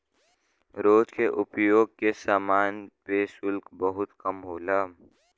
रोज के उपयोग के समान पे शुल्क बहुत कम होला